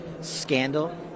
scandal